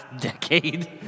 decade